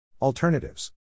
Alternatives